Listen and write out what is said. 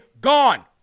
gone